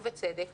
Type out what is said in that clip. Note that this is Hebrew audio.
ובצדק,